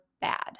bad